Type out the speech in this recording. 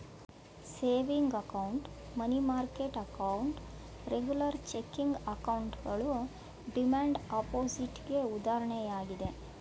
saving account, money market account, regular checking ಅಕೌಂಟ್ಗಳು demand deposit ಗೆ ಉದಾಹರಣೆಯಾಗಿದೆ